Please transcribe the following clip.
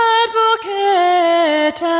advocate